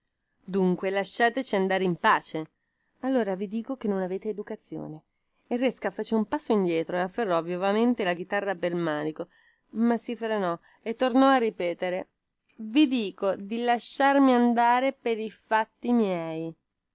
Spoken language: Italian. dunque lasciateci andare in pace allora vi dico che non avete educazione il resca fece un passo indietro e afferrò vivamente la chitarra pel manico ma si frenò e tornò a ripetere vi dico di lasciarmi andare pei fatti miei